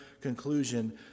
conclusion